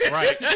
Right